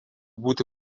būti